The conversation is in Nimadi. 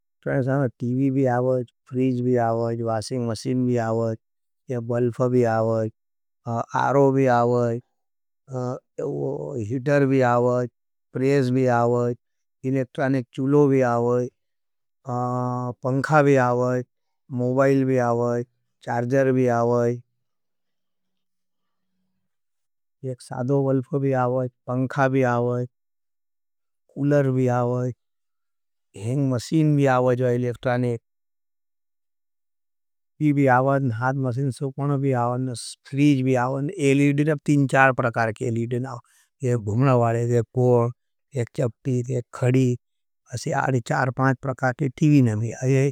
एक सोफा भी चार प्रकार का सोफा रहे है। खड़ो भी रहे है, आड़ो भी रहे है, आर ओ है, उड़ची भी रहे है, आपका टी टेबल भी रहे है। डाइनिंग टेबलों भी चार प्रकार का सोफा रहे है, खड़ो भी रहे है, आड़ो भी रहे है, टेबल भी रहे है योगा सात मो और अच्छी अलमारी योगा साथ मा आओय़। उड़ची नभी एक चार प्रकार का शैंग, भूमना वाली, एद बटना वाली, एड असी कुरची कहने का सोफा भी जाएं।